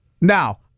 Now